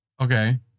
Okay